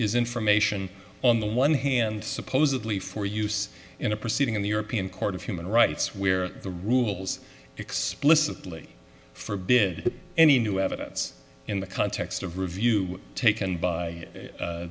is information on the one hand supposedly for use in a proceeding in the european court of human rights where the rules explicitly for bid any new evidence in the context of review taken by